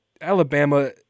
Alabama